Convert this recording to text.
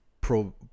pro